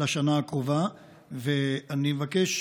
אדוני רוצה לשאול שאלה